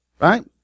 right